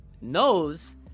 knows